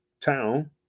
town